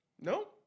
no